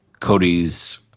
Cody's